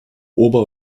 ober